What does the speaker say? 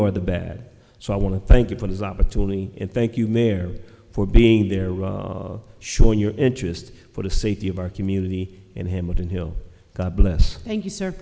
or the bad so i want to thank you for his opportunity and thank you mayor for being there showing your interest for the safety of our community and hamilton hill god bless thank you sir